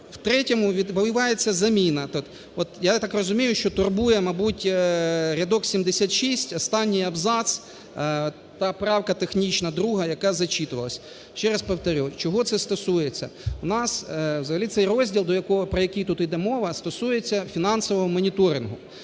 В третьому відбувається заміна, так, от я так розумію, що турбує, мабуть, рядок 76 останній абзац та правка технічна 2, яка зачитувалася. Ще раз повторю, чого це стосується. В нас взагалі цей розділ, до якого... про якій тут іде мова, стосується фінансового моніторингу,